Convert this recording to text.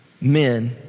men